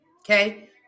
Okay